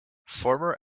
former